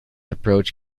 approach